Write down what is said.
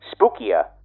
spookier